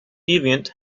deviant